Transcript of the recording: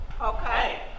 Okay